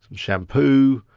shampoo.